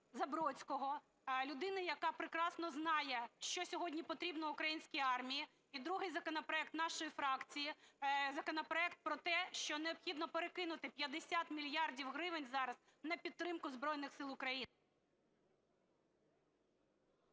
Забродського, людини, яка прекрасно знає, що сьогодні потрібно українській армії) і другий законопроект нашої фракції, законопроект про те, що необхідно перекинути 50 мільярдів гривень зараз на підтримку Збройних Сил України.